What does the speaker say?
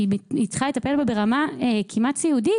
היא צריכה לטפל בה ברמה כמעט סיעודית.